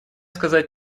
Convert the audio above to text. сказать